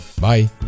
bye